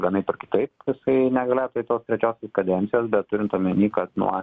vienaip ar kitaip jisai negalėtų eit tos trečiosios kadencijos bet turint omeny kad nuo